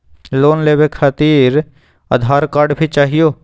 Loan लेवे खातिरआधार card भी चाहियो?